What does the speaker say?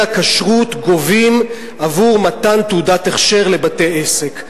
הכשרות גובים עבור מתן תעודת הכשר לבתי-עסק,